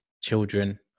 children